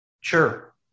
Sure